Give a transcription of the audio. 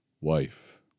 wife